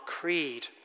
creed